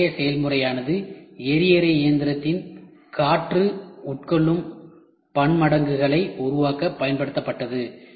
அதே செயல்முறையானது எரியறை இயந்திரத்தின் காற்று உட்கொள்ளும் பன்மடங்குகளை உருவாக்க பயன்படுத்தப்பட்டது